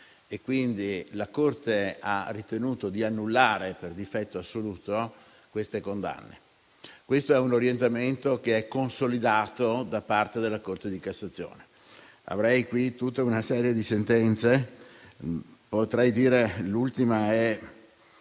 Quindi, la corte ha ritenuto di annullare per difetto assoluto quelle condanne. Questo è un orientamento consolidato da parte della Corte di cassazione. Avrei qui tutta una serie di sentenze; l'ultima è